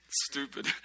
stupid